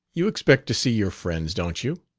you expect to see your friends, don't you?